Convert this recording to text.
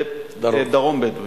ובדרום בדואי.